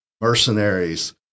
mercenaries